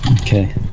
Okay